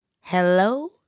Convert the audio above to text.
Hello